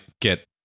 get